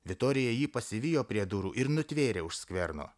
vitorija jį pasivijo prie durų ir nutvėrė už skverno